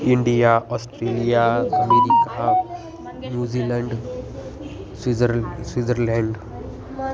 India Australia America New Zealand Swiss Switzerland